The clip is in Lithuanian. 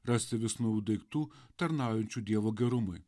rasti vis naujų daiktų tarnaujančių dievo gerumui